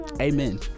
Amen